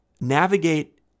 navigate